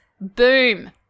Boom